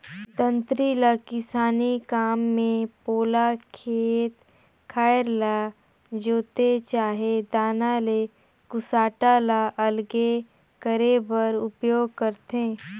दँतरी ल किसानी काम मे पोला खेत खाएर ल जोते चहे दाना ले कुसटा ल अलगे करे बर उपियोग करथे